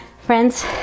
friends